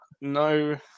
no